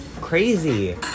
crazy